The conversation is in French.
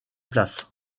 place